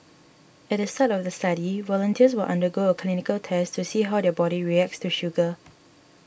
at the start of the study volunteers will undergo a clinical test to see how their body reacts to sugar